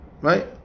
right